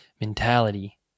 mentality